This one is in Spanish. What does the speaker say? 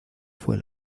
fue